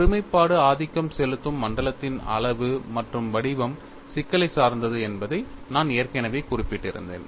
ஒருமைப்பாடு ஆதிக்கம் செலுத்தும் மண்டலத்தின் அளவு மற்றும் வடிவம் சிக்கலைச் சார்ந்தது என்பதை நான் ஏற்கனவே குறிப்பிட்டிருந்தேன்